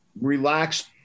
relaxed